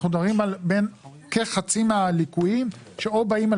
אנחנו מדברים על כחצי מהליקויים שאו באים על